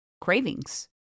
cravings